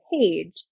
page